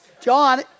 John